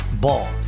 Ball